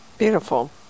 Beautiful